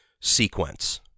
sequence